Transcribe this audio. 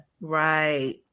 Right